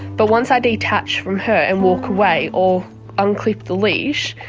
but once i detach from her and walk away or unclip the leash,